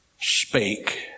spake